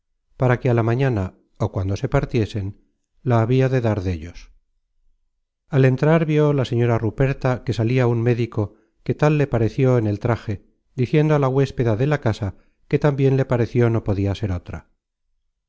para que á la mañana ó cuando se partiesen la habia de dar que tal le pareció en el traje diciendo á la huéspeda de la casa que tambien le pareció no podia ser otra